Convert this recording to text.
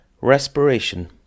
Respiration